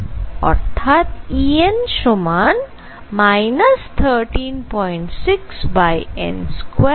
অর্থাৎ En সমান 136n2 eV